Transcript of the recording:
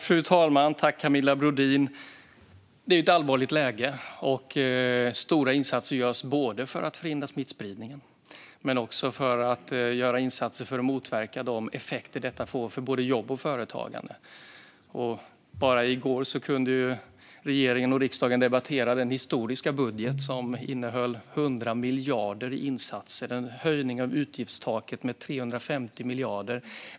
Fru talman! Det är ett allvarligt läge. Stora insatser görs för att förhindra smittspridningen och motverka de effekter detta får för jobb och företagande. I går kunde regeringen och riksdagen debattera den historiska budget som innehåller 100 miljarder i insatser och en höjning av utgiftstaket med 350 miljarder.